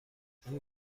این